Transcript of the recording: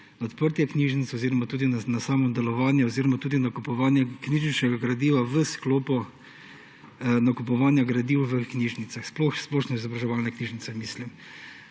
na odprtje knjižnic oziroma tudi na samo delovanje oziroma nakupovanje knjižničnega gradiva v sklopu nakupovanja gradiv v knjižnicah, sploh na splošnoizobraževalne knjižnice mislim.